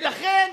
ולכן